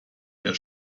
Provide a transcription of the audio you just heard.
der